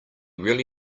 really